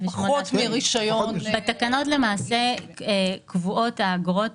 פחות מרישיון --- בתקנות למעשה קבועות האגורות